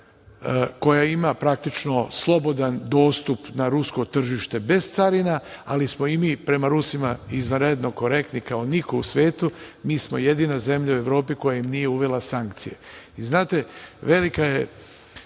koja ima praktično slobodan dostup na rusko tržište bez carina, ali smo i mi prema Rusima izvanredno korektni kao niko u svetu. Mi smo jedina zemlja u Evropi koja im nije uvela sankcije. Znate, velika je